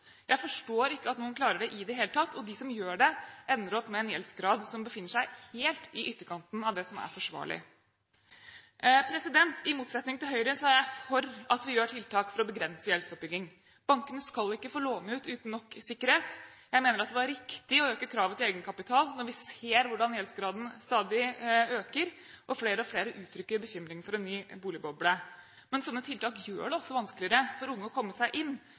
Jeg forstår ikke at noen klarer det i det hele tatt, og de som gjør det, ender opp med en gjeldsgrad som befinner seg helt i ytterkanten av det som er forsvarlig. I motsetning til Høyre er jeg for at vi gjør tiltak for å begrense gjeldsoppbygging. Bankene skal ikke få låne ut uten nok sikkerhet. Jeg mener at det var riktig å øke kravet til egenkapital når vi ser hvordan gjeldsgraden stadig øker, og flere og flere uttrykker bekymring for en ny boligboble. Men sånne tiltak gjør det også vanskeligere for unge å komme seg inn,